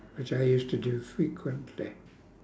which I used to do frequently